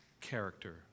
character